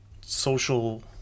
social